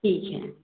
ठीक है